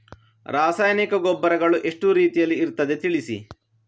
ರಾಸಾಯನಿಕ ಗೊಬ್ಬರಗಳು ಎಷ್ಟು ರೀತಿಯಲ್ಲಿ ಇರ್ತದೆ ತಿಳಿಸಿ?